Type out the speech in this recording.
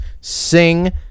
sing